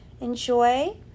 enjoy